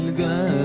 the